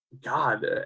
god